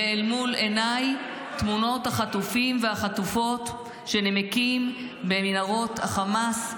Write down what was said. ואל מול עיניי תמונות החטופים והחטופות שנמקים במנהרות החמאס,